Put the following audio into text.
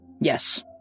Yes